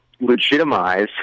legitimize